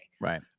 Right